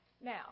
Now